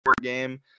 game